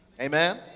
Amen